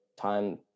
time